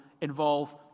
involve